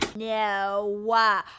No